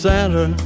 Santa